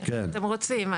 אם אתם רוצים.